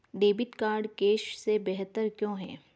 Debit card cash से बेहतर क्यों है?